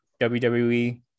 WWE